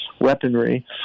weaponry